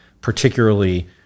particularly